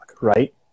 right